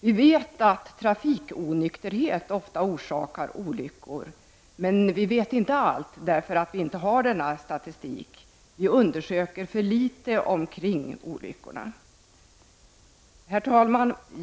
Vi vet att trafikonykterhet ofta orsakar olyckor, men vi vet inte allt, eftersom vi inte har denna statistik. Vi undersöker i för liten utsträckning omständigheterna kring olyckorna. Herr talman!